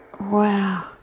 Wow